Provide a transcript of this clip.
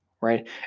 right